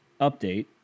Update